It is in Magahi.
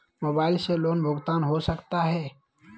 मोबाइल से लोन भुगतान हो सकता है?